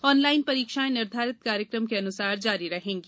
online परीक्षाएं निर्धारित कार्यक्रम के अनुसार जारी रहेंगी